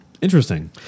interesting